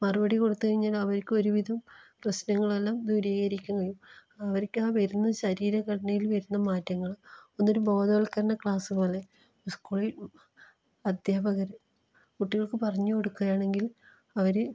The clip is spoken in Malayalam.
മറുപടി കൊടുത്ത് കഴിഞ്ഞാ അവർക്കും ഒരുവിധം പ്രശ്നങ്ങളെല്ലാം ദൂരീകരിക്കാനാവും അവർക്കാ വരുന്ന ശരീരഘടനയിൽ വരുന്ന മാറ്റങ്ങൾ എന്നിട്ട് ബോധവൽക്കരണ ക്ലാസ് പോലെ സ്കൂളിൽ അദ്ധ്യാപകർ കുട്ടികൾക്ക് പറഞ്ഞ് കൊടുക്കുകയാണെങ്കിൽ അവർ